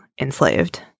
enslaved